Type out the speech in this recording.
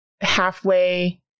halfway